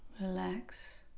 relax